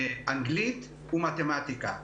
אנגלית ומתמטיקה,